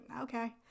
okay